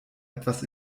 etwas